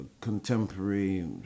contemporary